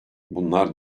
bunlar